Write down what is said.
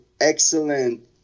excellent